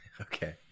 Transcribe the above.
Okay